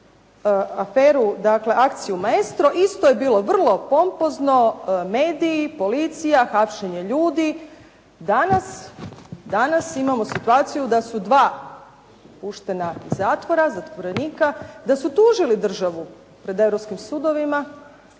na akciju "Maestro" isto je bilo vrlo pompozno, mediji, policija, hapšenje ljudi. Danas imamo situaciju da su 2 puštena iz zatvora zatvorenika da su tužili državu pred europskim sudovima,